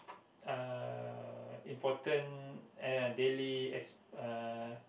uh important and yeah daily uh